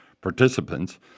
participants